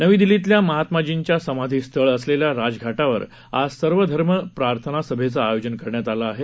नवी दिल्लीतल्या महात्मार्जीचं समाधीस्थळ असलेल्या राजघाटावर आज सर्वधर्म प्रार्थनासभेचं आयोजन करण्यात आलं आहे